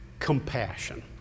compassion